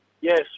Yes